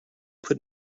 put